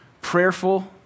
prayerful